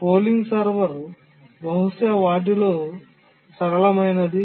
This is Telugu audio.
పోలింగ్ సర్వర్ బహుశా వాటిలో సరళమైనది